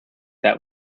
that